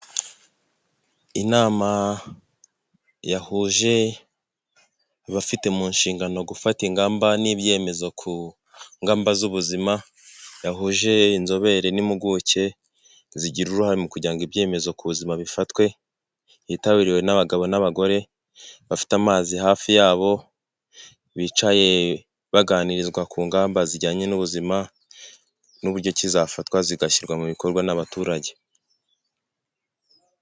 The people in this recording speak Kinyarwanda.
Inama yahuje abafite mu nshingano gufata ingamba n'ibyemezo ku ngamba z'ubuzima yahuje inzobere n'impuguke zigira uruhare mu kugira ngo ibyemezo ku buzima bifatwe byitabiriwe n'abagabo n'abagore bafite amazi hafi yabo, bicaye baganirizwa ku ngamba zijyanye n'ubuzima n'uburyo ki zafatwa zigashyirwa mu bikorwa n'abaturage.